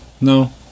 No